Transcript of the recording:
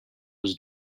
was